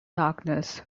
darkness